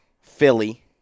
Philly